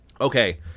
okay